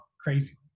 crazy